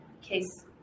case